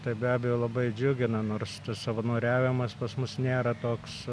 tai be abejo labai džiugina nors savanoriavimas pas mus nėra toks